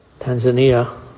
Tanzania